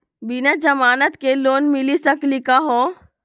बिना जमानत के लोन मिली सकली का हो?